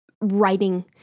writing